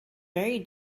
very